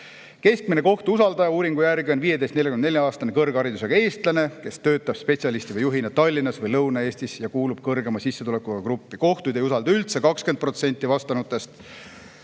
Keskmine kohtut usaldav inimene on uuringu järgi 15–44-aastane kõrgharidusega eestlane, kes töötab spetsialisti või juhina Tallinnas või Lõuna-Eestis ja kuulub kõrgema sissetulekuga gruppi. Kohtuid ei usalda üldse 20% vastanutest,